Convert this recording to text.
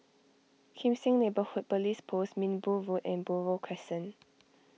Kim Seng Neighbourhood Police Post Minbu Road and Buroh Crescent